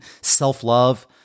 self-love